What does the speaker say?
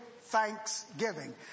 thanksgiving